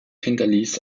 hinterließ